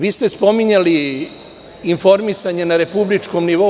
Vi ste spominjali informisanje na republičkom nivou.